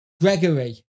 Gregory